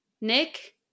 Nick